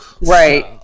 Right